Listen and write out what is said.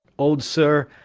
old sir,